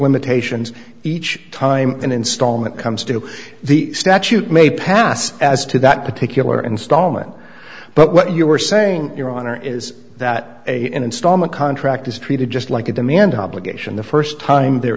limitations each time an installment comes due to the statute may pass as to that particular installment but what you are saying your honor is that a installment contract is treated just like a demand obligation the first time there